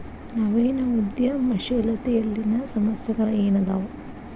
ನವೇನ ಉದ್ಯಮಶೇಲತೆಯಲ್ಲಿನ ಸಮಸ್ಯೆಗಳ ಏನದಾವ